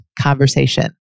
conversation